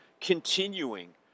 continuing